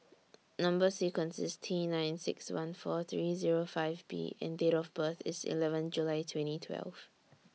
Number sequence IS T nine six one four three five B and Date of birth IS eleven July twenty twelve